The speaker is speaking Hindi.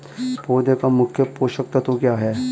पौधे का मुख्य पोषक तत्व क्या हैं?